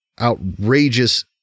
outrageous